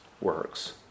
works